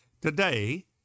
today